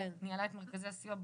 שניהלה את מרכזי הסיוע.